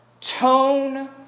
Tone